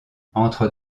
entre